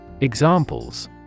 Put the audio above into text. Examples